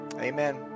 amen